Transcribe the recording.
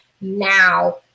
now